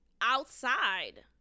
outside